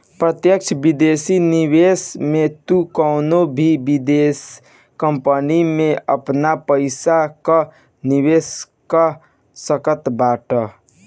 प्रत्यक्ष विदेशी निवेश में तू कवनो भी विदेश कंपनी में आपन पईसा कअ निवेश कअ सकत बाटअ